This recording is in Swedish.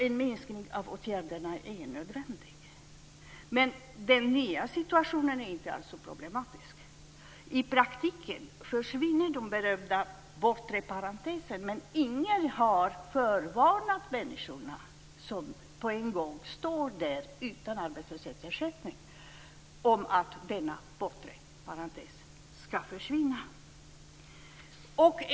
En minskning av åtgärderna är alltså nödvändig. Men den nya situationen är inte alls så problematisk. I praktiken försvinner den berömda bortre parentesen, men ingen har förvarnat de människor som på en gång ska stå där utan arbetslöshetsersättning om att denna bortre parentes ska försvinna.